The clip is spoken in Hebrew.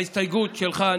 להסתייגות שלך.